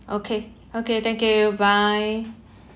okay okay thank you bye